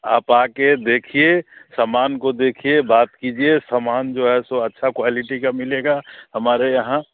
आप आकर देखिए समान को देखिए बात कीजिए सामान जो है सो अच्छा क्वायलिटी का मिलेगा हमारे यहाँ